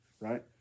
right